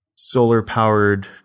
solar-powered